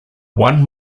one